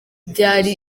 byari